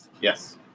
yes